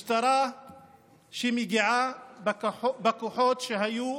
משטרה שמגיעה בכוחות שהיו,